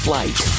Flight